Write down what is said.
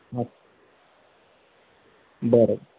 हां बरं